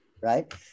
Right